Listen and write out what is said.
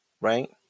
Right